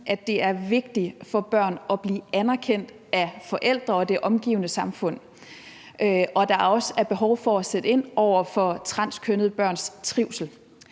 at det er vigtigt for børn at blive anerkendt af forældre og det omgivende samfund, og at der også er behov for at sætte ind i forhold til transkønnede børns trivsel.